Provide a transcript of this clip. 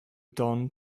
done